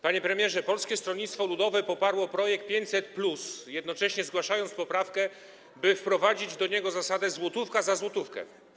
Panie premierze, Polskie Stronnictwo Ludowe poparło projekt 500+, jednocześnie zgłaszając poprawkę, by wprowadzić do niego zasadę złotówka za złotówkę.